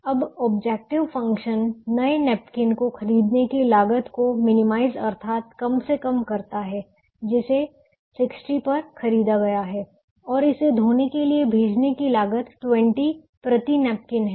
अब objective function नए napkin को खरीदने की लागत को मिनिमाइज अर्थात कम से कम करना है जिसे 60 पर खरीदा गया है और इसे धोने के लिए भेजने की लागत 20 प्रति नैपकिन है